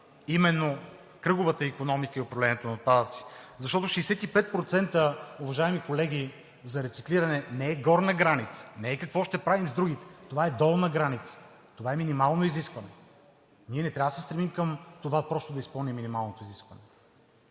на кръговата икономика и управлението на отпадъците, защото 65%, уважаеми колеги, за рециклиране не е горна граница, не е какво ще правим с другите, това е долна граница, това е минимално изискване? Ние не трябва да се стремим към това просто да изпълним минималното изискване,